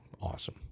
awesome